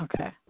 Okay